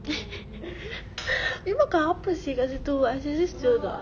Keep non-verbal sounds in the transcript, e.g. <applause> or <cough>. <laughs> you makan apa seh kat situ azizi still got